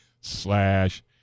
slash